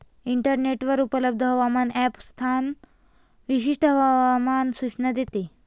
इंटरनेटवर उपलब्ध हवामान ॲप स्थान विशिष्ट हवामान सूचना देते